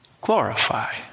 glorify